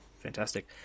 Fantastic